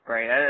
Right